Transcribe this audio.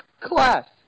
class